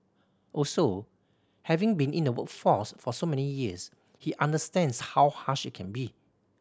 also having been in the workforce for so many years he understands how harsh it can be